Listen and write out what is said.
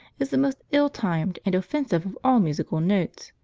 is the most ill-timed and offensive of all musical notes.